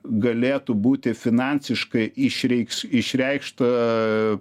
galėtų būti finansiškai išreikš išreikšta